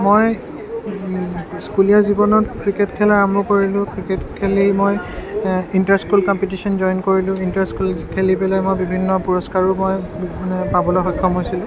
মই স্কুলীয়া জীৱনত ক্ৰিকেট খেলা আৰম্ভ কৰিলোঁ ক্ৰিকেট খেলি মই ইণ্টাৰস্কুল কম্পিটিশ্যন জইন কৰিলোঁ ইণ্টাৰস্কুল খেলি পেলাই মই বিভিন্ন পুৰস্কাৰো মই মানে পাবলৈ সক্ষম হৈছিলোঁ